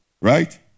right